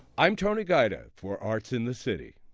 i'm tony guida, for arts in the city.